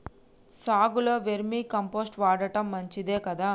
సాగులో vermi compost వాడటం మంచిదే కదా?